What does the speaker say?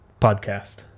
Podcast